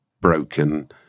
broken